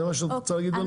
זה מה שאת רוצה להגיד לנו?